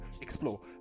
explore